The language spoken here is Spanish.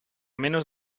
menos